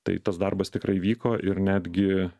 tai tas darbas tikrai vyko ir netgi